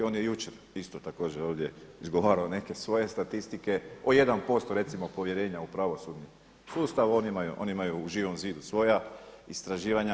On je jučer isto također ovdje izgovarao neke svoje statistike o 1% recimo povjerenja u pravosudni sustav, oni imaju u Živom zidu svoja istraživanja.